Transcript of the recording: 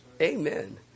Amen